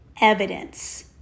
evidence